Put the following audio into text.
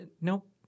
Nope